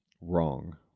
Wrong